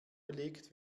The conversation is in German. belegt